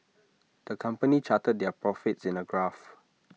the company charted their profits in A graph